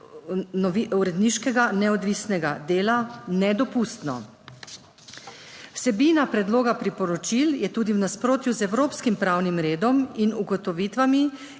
uredniškega neodvisnega dela, nedopustno. Vsebina predloga priporočil je tudi v nasprotju z evropskim pravnim redom in ugotovitvami